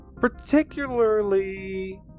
Particularly